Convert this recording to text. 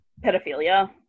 pedophilia